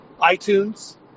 iTunes